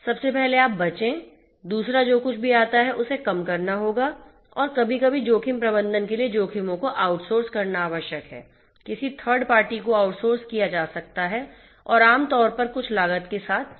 सबसे पहले आप बचें दूसरा जो कुछ भी आता है उसे कम करना होगा और कभी कभी जोखिम प्रबंधन के लिए जोखिमों को आउटसोर्स करना आवश्यक है किसी थर्ड पार्टी को आउटसोर्स किया जा सकता है और आमतौर पर कुछ लागत के साथ हो सकता है